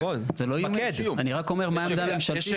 אני מתמקד, אני רק אומר מהי העמדה הממשלתית.